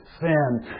sin